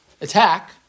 attack